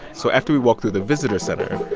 so after we walk through the visitor center,